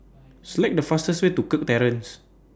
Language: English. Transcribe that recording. Select The fastest Way to Kirk Terrace